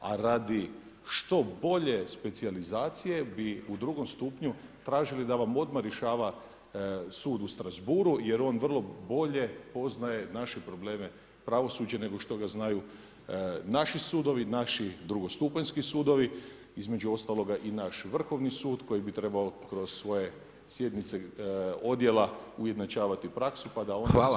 A radi što bolje specijalizacije bi u drugom stupnju tražili da vam odmah rješava sud u Strasbourgu jer on puno bolje poznaje naše problem pravosuđa nego ga znaju naši sudovi, naši drugostupanjski sudovi, između ostaloga i naš Vrhovni sud koji bi trebao kroz svoje sjednice odjela ujednačavati praksu pa da onda svi budemo